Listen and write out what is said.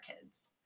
kids